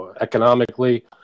economically